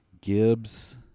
Gibbs